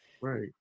Right